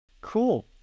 Cool